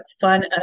fun